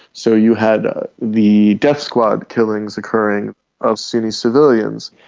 so you had the death squad killings occurring of sunni civilians.